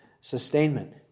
sustainment